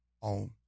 on